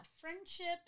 Friendships